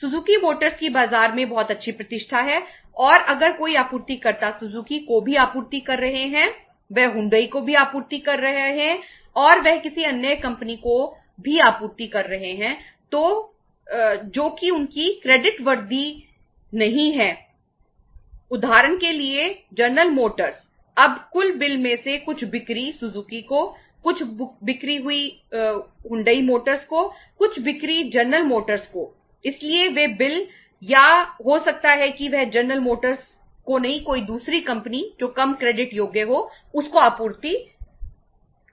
Suzuki motors जो कम credit योग्य हो उसको आपूर्ति कर रहा हो